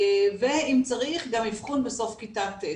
ואם צריך גם אבחון בסוף כיתה ט'.